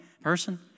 person